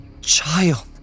child